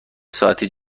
ساعتی